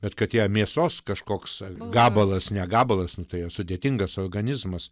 bet kad ją mėsos kažkoks gabalas ne gabalas nu tai sudėtingas organizmas